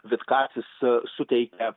vitkacis suteikia